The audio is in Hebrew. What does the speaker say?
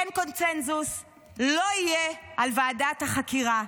אין קונסנזוס ולא יהיה על ועדת החקירה.